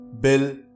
Bill